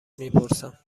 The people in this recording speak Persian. میپرسم